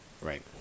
Right